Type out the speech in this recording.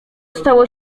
stało